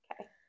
okay